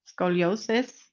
scoliosis